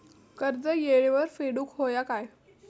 कर्ज येळेवर फेडूक होया काय?